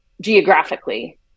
geographically